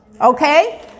okay